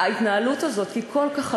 ההתנהלות הזאת היא כל כך עלובה.